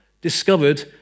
discovered